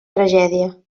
tragèdia